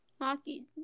Hockey